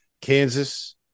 kansas